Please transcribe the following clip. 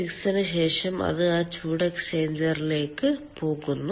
6 ന് ശേഷം അത് ആ ചൂട് എക്സ്ചേഞ്ചറിലേക്ക് പോകുന്നു